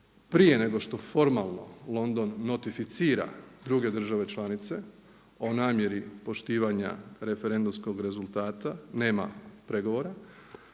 prije nego što formalno London notificira druge države članice o namjeri poštivanja referendumskog rezultata nema pregovora.